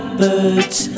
birds